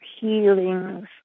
healings